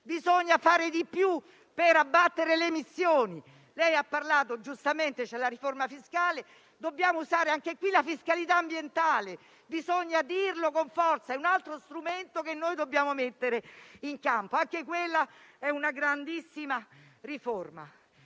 Bisogna fare di più per abbattere le emissioni. Lei ha parlato giustamente di riforma fiscale: dobbiamo usare anche la fiscalità ambientale, bisogna dirlo con forza, un altro strumento che dobbiamo mettere in campo; anche quella è una grandissima riforma.